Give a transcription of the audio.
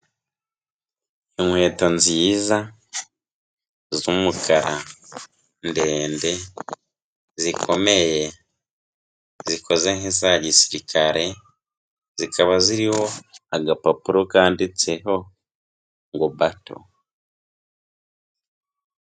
Inkweto nziza z'umukara ndende zikomeye, zikoze nk'iza gisirikare, zikaba ziriho agapapuro kandiditseho ngo Bato.